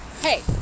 Hey